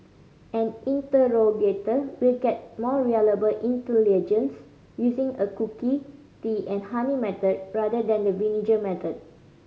an interrogator will get more reliable intelligence using the cookie tea and honey method rather than the vinegar method